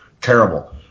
terrible